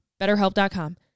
betterhelp.com